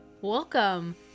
Welcome